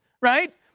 right